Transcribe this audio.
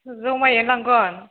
जमायै लांगोन